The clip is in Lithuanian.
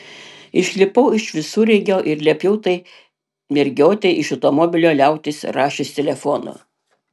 išlipau iš visureigio ir liepiau tai mergiotei iš automobilio liautis rašius telefonu